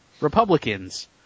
Republicans